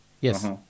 Yes